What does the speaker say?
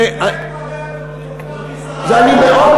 זה, זה ההליך